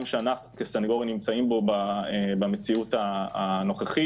שאנחנו כסנגורים נמצאים בו במציאות הנוכחית,